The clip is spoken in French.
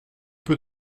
peu